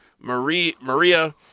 Maria